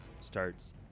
starts